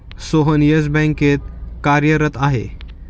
Sohan Yes बँकेत कार्यरत आहे